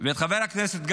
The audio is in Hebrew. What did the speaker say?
וחבר הכנסת גפני,